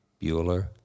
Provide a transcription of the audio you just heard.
Bueller